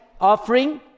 offering